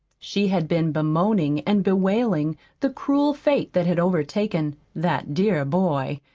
she had been bemoaning and bewailing the cruel fate that had overtaken that dear boy,